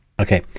Okay